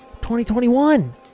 2021